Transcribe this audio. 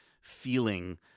feeling